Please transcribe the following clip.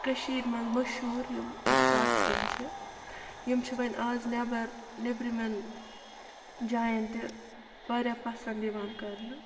کٔشیٖرِ منٛز مشہوٗر یِم اَسہِ سَتھ سِنۍ چھِ یِم چھِ وۄںۍ آز نٮ۪بَر نٮ۪برِمٮ۪ن جایَن تہِ وارایاہ پَسنٛد یِوان کَرنہٕ